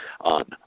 on